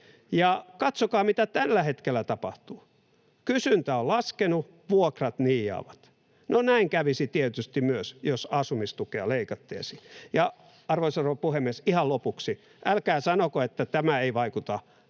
Ja katsokaa, mitä tällä hetkellä tapahtuu. Kysyntä on laskenut, vuokrat niiaavat. No, näin kävisi tietysti myös, jos asumistukea leikattaisiin. Ja, arvoisa rouva puhemies, ihan lopuksi: älkää sanoko, että tämä ei vaikuta